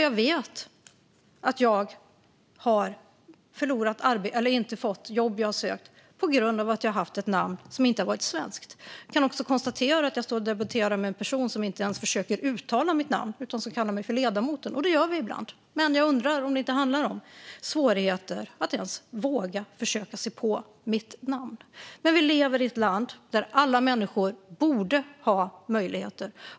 Jag vet att jag inte har fått jobb jag sökt på grund av att jag haft ett namn som inte varit svenskt. Jag kan också konstatera att jag står och debatterar med en person som inte ens försöker uttala mitt namn utan kallar mig för ledamoten. Det gör vi ibland, men jag undrar om det inte handlar om svårigheten att ens våga försöka sig på mitt namn. Vi lever i ett land där alla människor borde ha möjligheter.